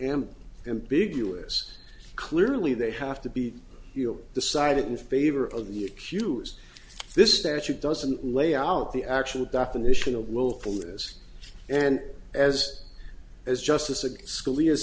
m ambiguous clearly they have to be decided in favor of the accused this statute doesn't lay out the actual definition of willfulness and as as justice